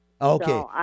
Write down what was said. Okay